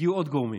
הגיעו עוד גורמים.